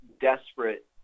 desperate